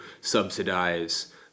subsidize